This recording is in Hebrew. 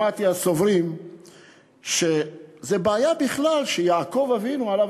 שמעתי שיש הסוברים שהבעיה היא בכלל שיעקב אבינו עליו